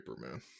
man